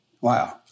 Wow